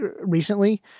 recently